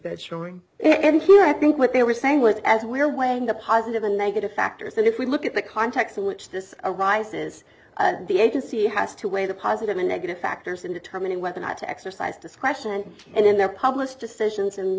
that showing and here i think what they were saying was as we're weighing the positive and negative factors and if we look at the context in which this arises the agency has to weigh the positive and negative factors in determining whether or not to exercise discretion and in their published decisions and